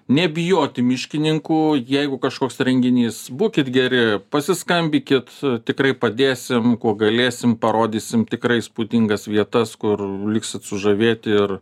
nebijoti miškininkų jeigu kažkoks renginys būkit geri pasiskambykit tikrai padėsim kuo galėsim parodysim tikrai įspūdingas vietas kur liksit sužavėti ir